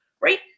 right